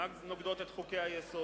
שאינן נוגדות את חוקי-היסוד,